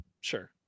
Sure